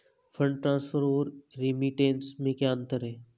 Fund transfer और remittance में क्या अंतर है?